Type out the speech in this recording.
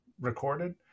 recorded